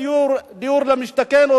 "דיור למשתכן",